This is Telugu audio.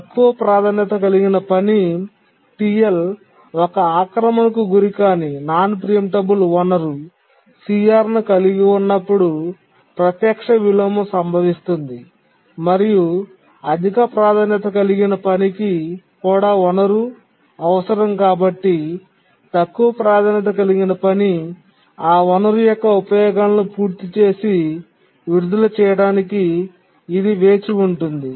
తక్కువ ప్రాధాన్యత కలిగిన పని TLఒక ఆక్రమణకు గురికాని వనరు CR ను కలిగి ఉన్నప్పుడు ప్రత్యక్ష విలోమం సంభవిస్తుంది మరియు అధిక ప్రాధాన్యత కలిగిన పనికి కూడా వనరు అవసరం కాబట్టి తక్కువ ప్రాధాన్యత కలిగిన పని ఆ వనరు యొక్క ఉపయోగాలను పూర్తి చేసి విడుదల చేయడానికి ఇది వేచి ఉంటుంది